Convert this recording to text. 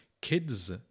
kids